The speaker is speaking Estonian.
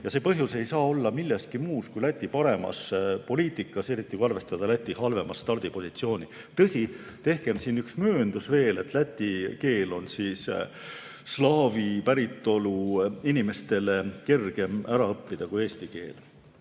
Ja see põhjus ei saa olla milleski muus kui Läti paremas poliitikas, eriti kui arvestada Läti halvemat stardipositsiooni. Tõsi, tehkem üks mööndus veel, läti keel on slaavi päritolu inimestele kergem ära õppida kui eesti keel.